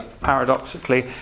paradoxically